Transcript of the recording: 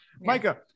Micah